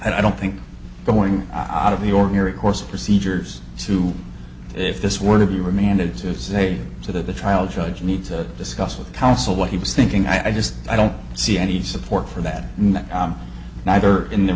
i don't think going out of the ordinary course of procedures to if this were to be remanded just say so that the trial judge needs to discuss with counsel what he was thinking i just i don't see any support for that and neither in the